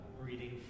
reading